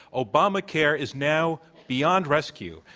obamacare is now beyond rescue.